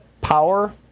power